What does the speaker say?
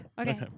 Okay